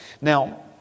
Now